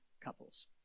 couples